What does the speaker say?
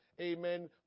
Amen